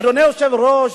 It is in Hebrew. אדוני היושב-ראש,